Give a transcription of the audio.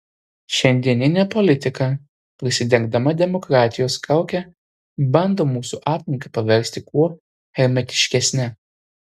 šiandieninė politika prisidengdama demokratijos kauke bando mūsų aplinką paversti kuo hermetiškesne